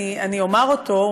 אני אומר אותו.